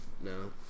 no